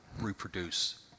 reproduce